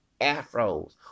afros